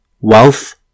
wealth